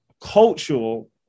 cultural